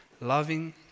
loving